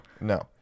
No